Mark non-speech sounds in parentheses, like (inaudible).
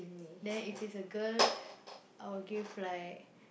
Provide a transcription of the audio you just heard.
then if it's a girl (noise) I will give like